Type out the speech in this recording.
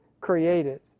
created